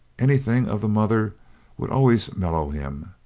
anything of the mother would always mellow him.